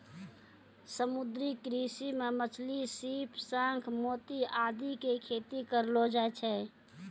समुद्री कृषि मॅ मछली, सीप, शंख, मोती आदि के खेती करलो जाय छै